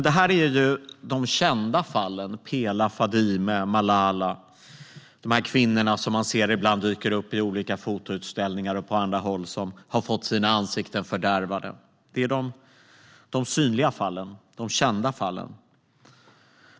Det här är ju de kända fallen: Pela, Fadime, Malala och de kvinnor som man ibland ser dyka upp i olika fotoutställningar och på andra håll som har fått sina ansikten fördärvade. Det är de synliga fallen, de kända fallen.